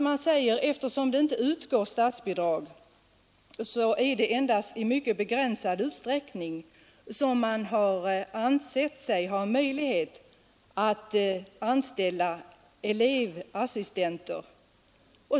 Man säger att eftersom det inte utgår statsbidrag till personell elevassistans är det endast i mycket begränsad utsträckning som huvudmännen ansett sig ha möjlighet att anställa elevassistenter.